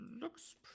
looks